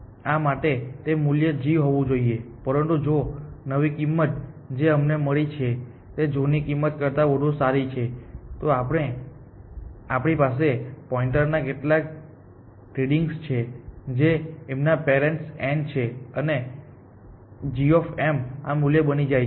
આ માટે તે મૂલ્ય g હોવું જોઈએ પરંતુ જો આ નવી કિંમત જે અમને મળી છે તે જૂની કિંમત કરતા વધુ સારી છે તો આપણી પાસે પોઇન્ટર ના કેટલાક રીડિંગ્સ છે જે એમના પેરેન્ટ્સ n છે અને g આ મૂલ્ય બની જાય છે